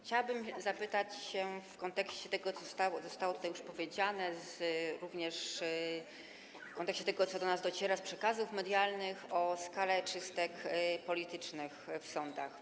Chciałabym zapytać w kontekście tego, co zostało tutaj już powiedziane, również w kontekście tego, co do nas dociera z przekazów medialnych, o skalę czystek politycznych w sądach.